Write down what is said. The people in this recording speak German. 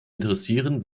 interessieren